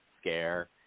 scare